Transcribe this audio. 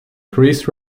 chris